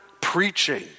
preaching